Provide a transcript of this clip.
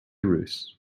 roost